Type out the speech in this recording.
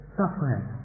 suffering